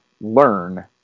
learn